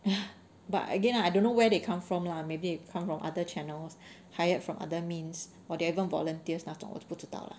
but again I don't know where they come from lah maybe come from other channels hired from other means or they're even volunteers 那种我就不知道 lah